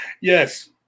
Yes